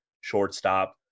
shortstop